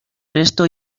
presto